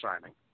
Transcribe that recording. signing